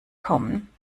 kommen